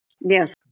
Yes